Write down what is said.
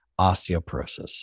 osteoporosis